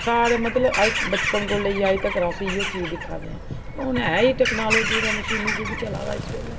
सारें मतलब अज्ज बचपन कोला लेइयै अजें तगर अस इ'यै चीज दिक्खै दे आं ते हून ऐ ई टेक्नोलाजी दा मशीनी युग चलै दा इस बेल्लै